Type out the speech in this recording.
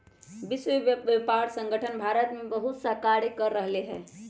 विश्व व्यापार संगठन भारत में बहुतसा कार्य कर रहले है